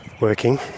Working